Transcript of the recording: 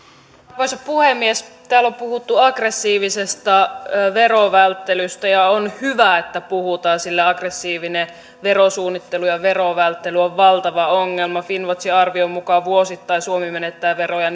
arvoisa puhemies täällä on puhuttu aggressiivisesta verovälttelystä ja on hyvä että puhutaan sillä aggressiivinen verosuunnittelu ja verovälttely on valtava ongelma finnwatchin arvion mukaan suomi menettää vuosittain veroja